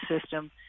system